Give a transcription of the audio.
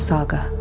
Saga